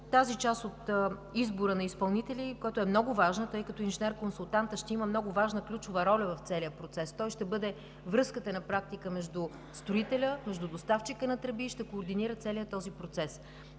Тази част от избора на изпълнители, която е много важна, тъй като инженер-консултантът ще има много важна ключова роля в целия процес – той ще бъде на практика връзката между строителя, между доставчика на тръби и ще координира целия този процес.